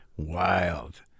Wild